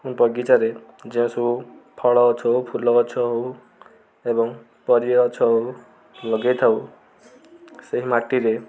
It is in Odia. ବଗିଚାରେ ଯେଉଁ ସବୁ ଫଳ ଗଛ ହେଉ ଫୁଲ ଗଛ ହେଉ ଏବଂ ପାରିବା ଗଛ ହେଉ ଲଗେଇଥାଉ ସେହି ମାଟିରେ